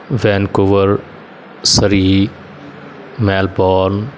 Vancouver Surrey Melbourne